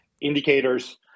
indicators